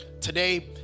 today